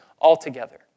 altogether